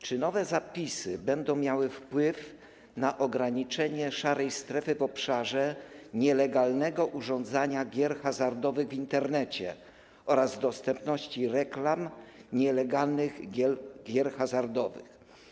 Czy nowe zapisy będą miały wpływ na ograniczenie szarej strefy w obszarze nielegalnego urządzania gier hazardowych w Internecie oraz dostępności reklam nielegalnych gier hazardowych?